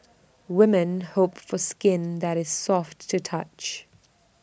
women hope for skin that is soft to touch